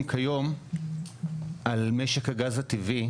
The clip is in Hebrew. כיום על משק הגז הטבעי,